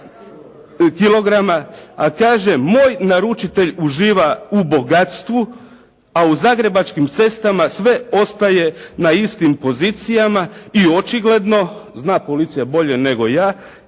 a kaže moj naručitelj uživa u bogatstvu, a zagrebačkim cestama sve ostaje na istim pozicijama i očigledno, zna policija bolje nego ja,